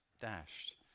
dashed